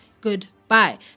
goodbye